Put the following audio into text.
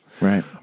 Right